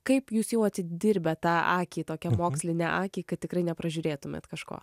kaip jūs jau atidirbę tą akį tokią mokslinę akį kad tikrai nepražiūrėtumėt kažko